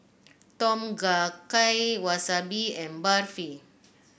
Tom Kha Gai Wasabi and Barfi